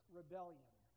rebellion